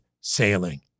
sailing